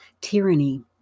tyranny